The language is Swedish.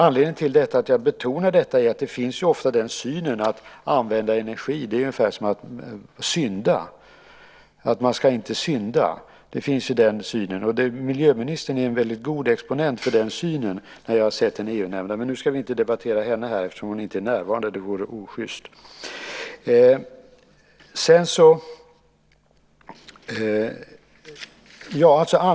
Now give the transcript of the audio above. Anledningen till att jag betonar detta är att synen på att använda energi ofta är ungefär som att synda. Man ska inte synda. Den synen finns. Miljöministern är en väldigt god exponent för den synen när jag har hört henne i EU-nämnden. Men nu ska vi inte debattera henne eftersom hon inte är närvarande. Det vore osjyst.